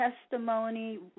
testimony